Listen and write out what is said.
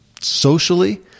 socially